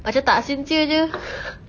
macam tak sincere jer